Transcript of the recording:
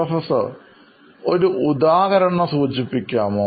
professor ഇതിന് ഒരു ഉദാഹരണം പറയാമോ